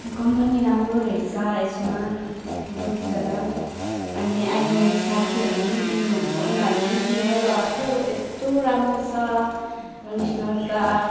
यो कम्पनी राम्रो रहेछ यसमा बहुत ज्यादा अनि अहिले मैले साथीहरूलाई पनि किन्नु भन्छ उनीहरूले पनि किनेर लगाएको थियो यस्तो राम्रो छ कन्डिसनर त